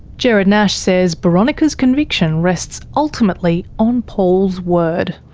gerard nash says boronika's conviction rests ultimately on paul's word.